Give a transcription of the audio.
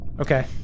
Okay